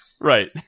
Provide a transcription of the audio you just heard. right